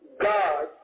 God